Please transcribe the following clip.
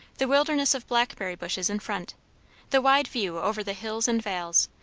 the wilderness of blackberry bushes in front the wide view over the hills and vales,